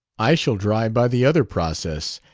i shall dry by the other process,